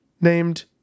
named